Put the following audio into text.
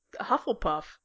hufflepuff